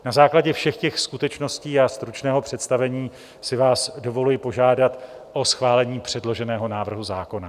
Na základě všech těch skutečností a stručného představení si vás dovoluji požádat o schválení předloženého návrhu zákona.